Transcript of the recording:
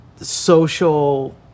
social